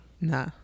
Nah